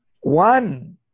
One